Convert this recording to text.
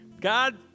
God